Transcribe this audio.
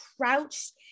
crouched